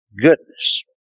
goodness